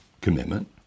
commitment